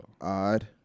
Odd